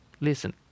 listen